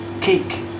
cake